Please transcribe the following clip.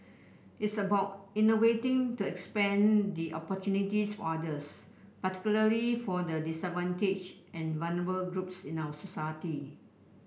it's about innovating to expand the opportunities for others particularly for the disadvantaged and vulnerable groups in our society